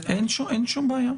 אין שום בעיה.